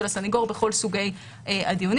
של הסנגור בכל סוגי הדיונים.